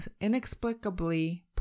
inexplicably